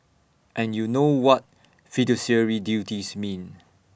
and you know what fiduciary duties mean